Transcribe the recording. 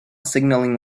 signalling